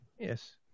Yes